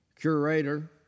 curator